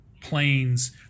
planes